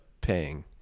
paying